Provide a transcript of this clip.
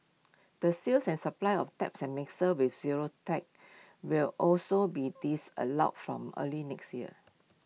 the sales and supply of taps and mixers with zero ticks will also be disallowed from early next year